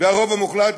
הרוב המוחלט,